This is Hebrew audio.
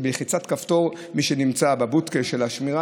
כך שבלחיצת כפתור מי שנמצא בבודקה של השמירה